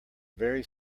very